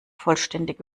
vollständig